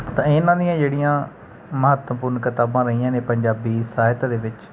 ਤਾਂ ਇਹਨਾਂ ਦੀਆਂ ਜਿਹੜੀਆਂ ਮਹੱਤਵਪੂਰਨ ਕਿਤਾਬਾਂ ਰਹੀਆਂ ਨੇ ਪੰਜਾਬੀ ਸਾਹਿਤ ਦੇ ਵਿੱਚ